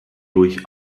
durch